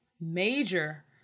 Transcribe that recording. major